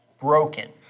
broken